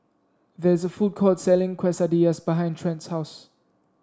there is a food court selling Quesadillas behind Trent's house